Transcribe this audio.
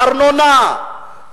הארנונה,